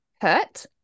hurt